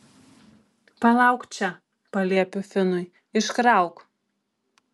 palauk čia paliepiu finui iškrauk